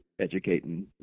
educating